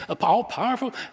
all-powerful